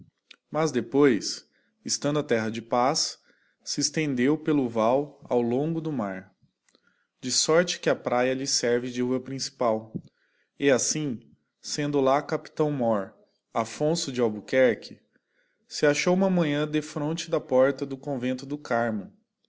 mas depois estando a terra de paz se estendeu pelo vai ao longo do mar de sorte que a praia lhe serve de rua principal e assim sendo lá capitão mór affonso de albuquerque se achou uma manhã defronte da porta do covento do carmo